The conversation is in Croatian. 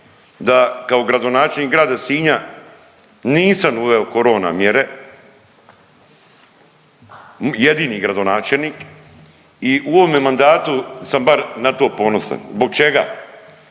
da kao gradonačelnik grada Sinja nisam uveo korona mjere, jedini gradonačelnik i u ovome mandatu sam bar na to ponosan. Zbog čega?